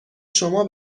شما